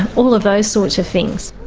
all of those sorts of things.